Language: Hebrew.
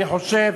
אני חושב